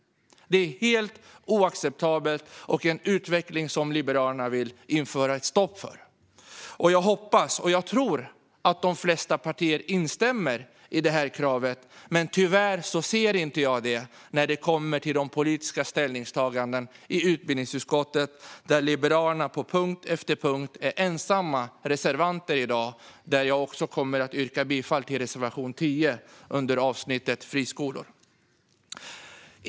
Det är helt oacceptabelt och en utveckling som Liberalerna vill införa ett stopp för. Jag hoppas och tror att de flesta partier instämmer i det kravet. Men tyvärr ser jag inte det när det kommer till de politiska ställningstagandena i utbildningsutskottet där Liberalerna på punkt efter punkt i dag är ensamma reservanter. Jag yrkar bifall till reservation 10 under avsnittet friskolor.